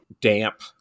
damp